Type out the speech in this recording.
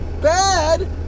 bad